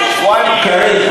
קארין,